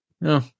No